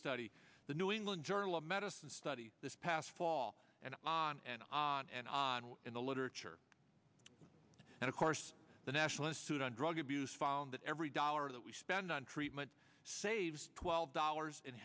study the new england journal of medicine study this past fall and on and on and on in the literature and of course the nationalist suit on drug abuse found that every dollar that we spend on treatment saves twelve dollars in